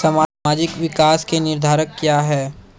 सामाजिक विकास के निर्धारक क्या है?